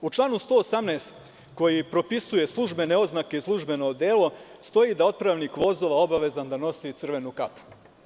U članu 118. koji propisuje službene oznake i službeno odelo, stoji da je otpravnik vozova obavezan da nosi crvenu kapu.